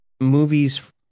movies